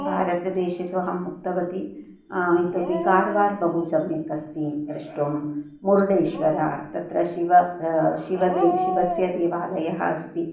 भारतदेशे तु अहम् उक्तवती इतोपि कार्वार् बहु सम्यक् अस्ति द्रष्टुं मुरुडेश्वर तत्र शिवः शिवदेवः शिवस्य देवालयः अस्ति